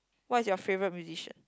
what is your favourite musician